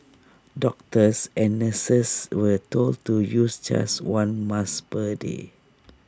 doctors and nurses were told to use just one mask per day